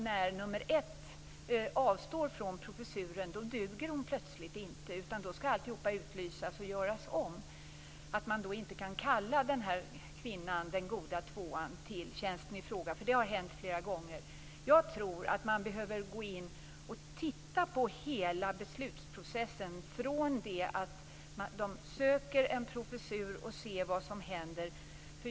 När nummer ett avstår från professuren duger hon plötsligt inte, utan då skall alltihop utlysas och göras om. Den här kvinnan, den goda tvåan, kan då inte kallas till tjänsten i fråga. Det har hänt flera gånger. Jag tror att man behöver gå in och titta på hela beslutsprocessen, från det att en professur söks, och se vad som händer.